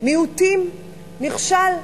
מיעוטים, נכשל.